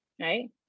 right